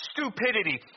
stupidity